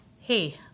hey